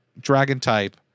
Dragon-type